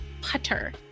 Putter